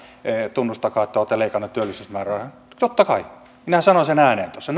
tunnustakaa että olette leikanneet työllisyysmäärärahoja totta kai minähän sanoin sen ääneen tuossa